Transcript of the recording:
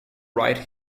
write